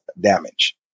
damage